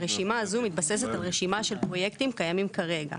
הרשימה הזו מתבססת על רשימה של פרויקטים קיימים כרגע,